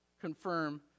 confirm